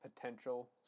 potential